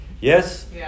Yes